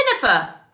Jennifer